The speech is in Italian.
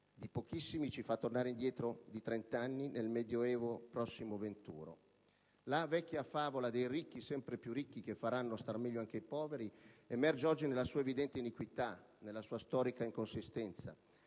di pochissimi, ci fa tornare indietro di trent'anni, nel medioevo prossimo venturo. La vecchia favola dei ricchi sempre più ricchi che faranno star meglio anche i poveri emerge oggi nella sua evidente iniquità, nella sua storica inconsistenza.